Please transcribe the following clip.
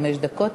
חמש דקות.